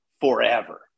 forever